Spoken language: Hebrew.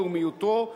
לאומיותו,